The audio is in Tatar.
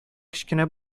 кечкенә